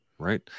right